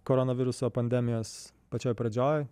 koronaviruso pandemijos pačioj pradžioj